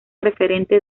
referente